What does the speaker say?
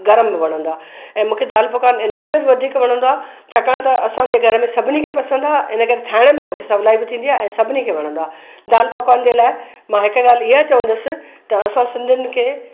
गरम बि वणंदो आ ऐं मूंखे दालि पकवान इन करे बि वधीक वणंदो आहे छाकाणि त असांजे घर में सभिनी खे पसंदि आहे ऐं हिन करे ठाहिण में मुखे सहुलाई बि थींदी आहे ऐं सभिनी खे वणंदो आ दाल पकवान जे लाइ मां हिकु ॻाल्हि ईअं चवंदसि त असां सिंधियुनि खे